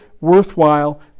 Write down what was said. worthwhile